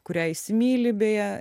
kurią įsimyli beje